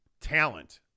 talent